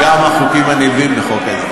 גם החוקים הנלווים לחוק ההסדרים.